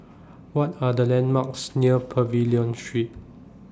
What Are The landmarks near Pavilion Street